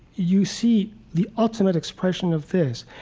you see the ultimate expression of this.